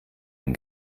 den